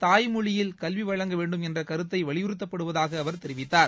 தாய்மொழியில் கல்வி வழங்க வேண்டும் என்ற கருத்து வலியுறுத்தப்படுவதாக அவர் தெரிவித்தார்